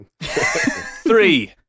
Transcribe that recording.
three